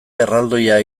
erraldoia